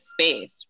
space